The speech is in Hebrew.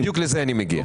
בדיוק לזה אני מגיע.